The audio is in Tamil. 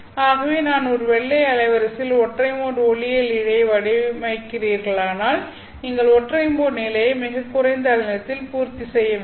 ஆகவே நான் ஒரு வெள்ளை அலைவரிசையில் ஒற்றை மோட் ஒளியியல் இழையை வடிவமைக்கிறீர்களானால் நீங்கள் ஒற்றை மோட் நிலையை மிகக் குறைந்த அலைநீளத்தில் பூர்த்தி செய்ய வேண்டும்